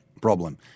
problem